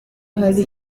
hari